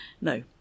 No